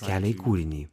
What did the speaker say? kelią į kūrinį